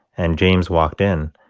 and james walked in.